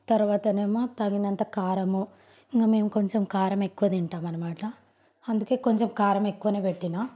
తర్వాత ఏమో తగినంత కారము ఇంక మేము కొంచం కారం ఎక్కువ తింటాం అన్నమాట అందుకే కొంచం కారం ఎక్కువ పెట్టినాను